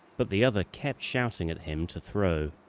but the other kept shouting at him to throw.